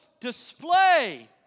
display